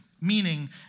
meaning